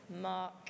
Mark